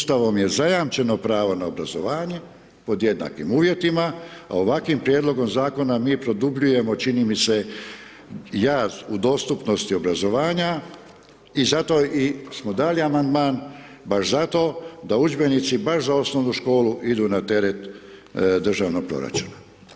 Ustavom je zajamčeno pravo na obrazovanje pod jednakim uvjetima, a ovakvim prijedlogom zakona mi produbljujemo čini mi se jaz u dostupnosti obrazovanja i zato i smo dali amandman baš zato da udžbenici baš za osnovnu školu idu na teret državnog proračuna.